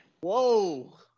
Whoa